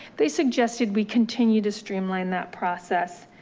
they suggested we continue to streamline that process.